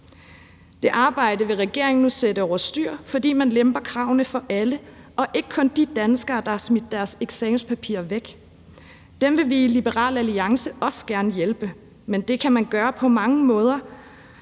Det arbejde vil regeringen nu sætte over styr, fordi man lemper kravene for alle og ikke kun de danskere, der har smidt deres eksamenspapirer væk. Dem vil vi i Liberal Alliance også gerne hjælpe, men det kan man gøre på mange andre